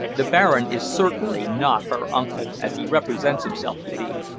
the baron is certainly not her uncle, as he represents himself to be,